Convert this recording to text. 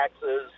taxes